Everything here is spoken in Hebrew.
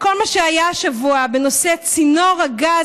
כל מה שהיה השבוע בנושא צינור הגז,